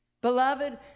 beloved